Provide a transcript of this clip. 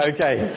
Okay